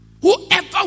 whoever